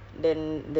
mmhmm